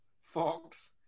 Fox